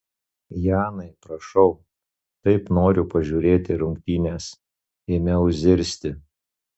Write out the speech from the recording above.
janai prašau taip noriu pažiūrėti rungtynes ėmiau zirzti